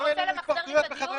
אתה רוצה למחזר לי את הדיון?